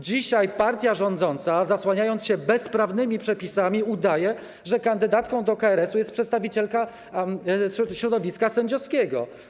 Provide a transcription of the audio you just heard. Dzisiaj partia rządząca, zasłaniając się bezprawnymi przepisami, udaje, że kandydatką do KRS-u jest przedstawicielka środowiska sędziowskiego.